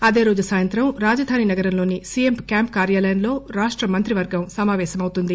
అదేరేజు సాయంత్రం రాజధాని నగరంలోని సీఎం క్కాంపు కార్యాలయంలో రాష్టమంత్రివర్గం సమావేశమవుతుంది